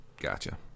Gotcha